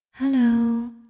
Hello